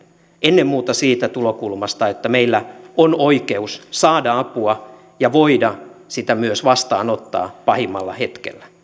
ennen muuta siitä tulokulmasta että meillä on oikeus saada apua ja voida sitä myös vastaanottaa pahimmalla hetkellä